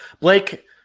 Blake